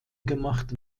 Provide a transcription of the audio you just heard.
gemacht